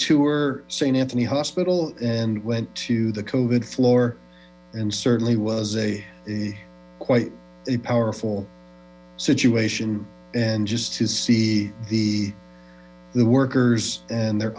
tour saint anthony hospital and went to the covered floor and certainly was a a quite a powerful situation and just to see the workers and their